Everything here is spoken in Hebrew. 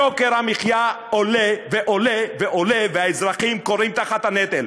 יוקר המחיה עולה ועולה ועולה והאזרחים כורעים תחת הנטל,